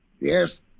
Yes